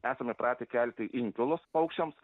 esam įpratę kelti inkilus paukščiams